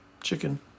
chicken